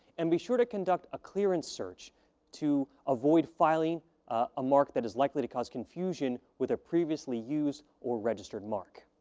and be sure to conduct a clearance search to avoid filing a mark that is likely to cause confusion with a previously used or registered mark.